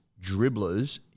dribblers